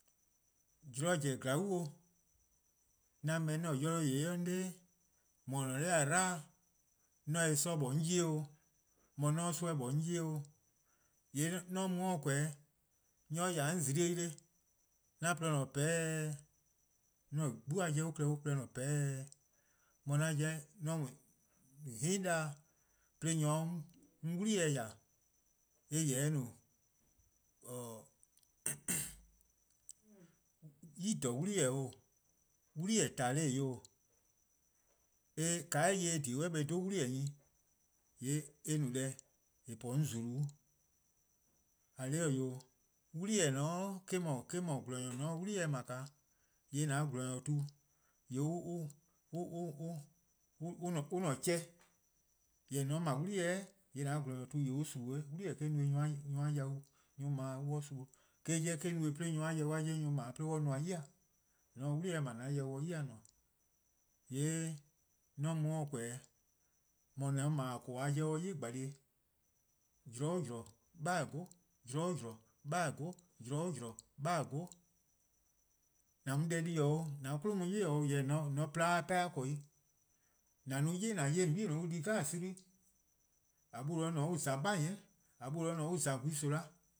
:Mor zorn zen zorn bo, 'an beh 'an-a'a: 'yorluh'-yor-eh: 'i 'an 'da :mor :or ne-a 'nor :a 'dlu, :mor 'on se-eh 'sor 'on 'ye-eh 'o, mor :mor 'on 'sor-eh 'on 'ye-eh 'o. :yee' :mor 'on mu 'o :forn-dih' nyor :ya 'on zimi-eh: yle 'an :porluh :ne peheh', 'an 'gbu-a 'jeh klehkpeh on :porluh :ne peheh'. Mor an 'jeh an mo 'hen! Daa' 'de nyor 'ye 'on 'wli-eh :ya, eh :yeh no 'wli-eh :klaba' 'o, wli-eh yu 'o, :ka eh :yeh 'ye :eh dhie:-a nyi eh 'dhu 'wli-eh nyne, eh no deh :eh po-a 'on :zulu-'.:eh :korn dhih-eh wee', 'wli-eh :dao eh-: no :gwlor-nyor, :mor :on se 'wli-eh 'ble :yee' an :gwlor-nyor tu on :yee' on :ne 'cheh. Jorwor: :moe :on 'ble 'wli-eh :yee' an :gwlor-nyor tu on suma', 'wli-eh eh-: no-eh nyor+-a yau: nyor+-a 'ble-a an suma', eh 'jeh :eh-: no-eh 'de nyor+-a yau: nyor+ 'ble-a an nmor 'yi-dih, :mor :on se 'wli-eh 'ble an yau se 'yi-dih :nmor. :yee' 'an mu-a dih :korn-dih', an 'jeh :or 'ble or 'yi :gbalie' zorn 'o zorn 'beheh:-: 'go, zorn 'o zorn 'beheh:-: 'go, zorn 'o zorn 'beheh:-: 'go, :an mu deh di 'o an 'kwli'-a mu 'yi-' 'o, jorwor: :on :se-' :porluh-a 'pehn-eh 'ble 'i. :an no 'yli :an 'ye :on 'bei' an di soma'+ 'jeh, :noo' :ne-a 'o on :za :saan:'ni, :noo' :ne-a 'o on :za gwehn-ni:,